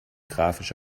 grafisch